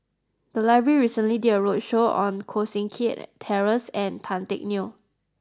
the library recently did a roadshow on Koh Seng Kiat Terence and Tan Teck Neo